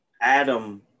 Adam